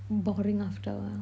boring after a while